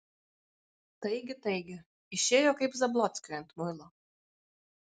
taigi taigi išėjo kaip zablockiui ant muilo